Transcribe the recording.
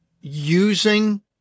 using